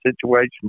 situation